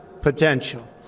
potential